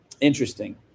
interesting